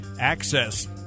access